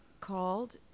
called